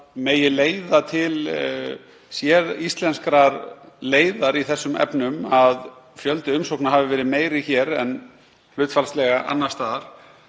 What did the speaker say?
megi leiða til séríslenskrar leiðar í þessum efnum að fjöldi umsókna hafi verið meiri hér en hlutfallslega annars staðar